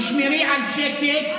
תשמרי על שקט,